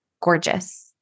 gorgeous